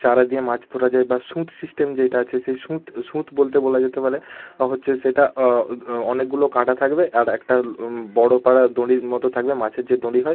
চারা দিয়ে মাছ ধরা যায় বা সিস্টেম যেটা আছে সেই বলতে বলা যেতে পারে হচ্ছে সেটা অনেকগুলো কাঁটা থাকবে আর একটা বড়ো পারা দঁড়ির মতো থাকবে মাছের যে দঁড়ি হয়